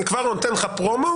אני כבר נותן לך פרומו,